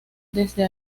desde